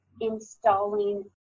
installing